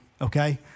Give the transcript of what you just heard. okay